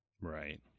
Right